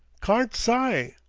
carn't sye.